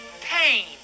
Pain